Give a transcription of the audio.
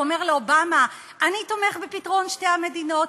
הוא אומר לאובמה: אני תומך בפתרון שתי המדינות,